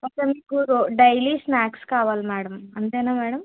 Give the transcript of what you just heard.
okay మీకు daily snacks కావాలి madam అంతేనా మేడం